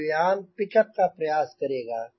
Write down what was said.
वायुयान pitch up का प्रयास करेगा